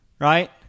Right